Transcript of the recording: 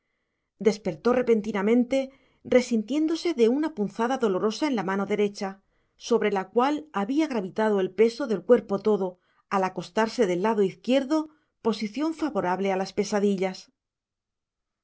despertó repentinamente resintiéndose de una punzada dolorosa en la mano derecha sobre la cual había gravitado el peso del cuerpo todo al acostarse del lado izquierdo posición favorable a las pesadillas